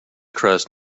crust